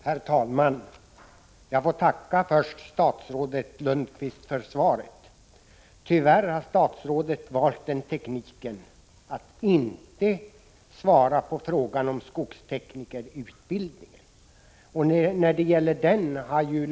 Herr talman! Jag får först tacka statsrådet Lundkvist för svaret. Tyvärr har statsrådet valt den tekniken att inte svara på frågan om skogsteknikerutbildningen.